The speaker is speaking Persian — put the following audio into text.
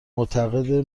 معتقده